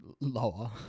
Lower